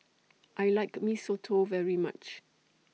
I like Mee Soto very much